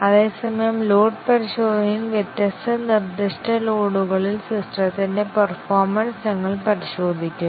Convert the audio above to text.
അതേസമയം ലോഡ് പരിശോധനയിൽ വ്യത്യസ്ത നിർദ്ദിഷ്ട ലോഡുകളിൽ സിസ്റ്റത്തിന്റെ പേർഫോമെൻസ് ഞങ്ങൾ പരിശോധിക്കുന്നു